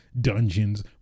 dungeons